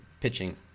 pitching